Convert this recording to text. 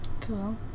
Cool